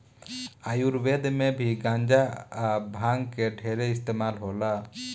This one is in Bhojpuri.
आयुर्वेद मे भी गांजा आ भांग के ढेरे इस्तमाल होला